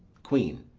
queen.